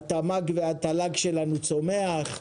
התמ"ג והתל"ג שלנו צומח,